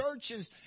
churches